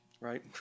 right